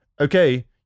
okay